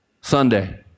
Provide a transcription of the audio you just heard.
Sunday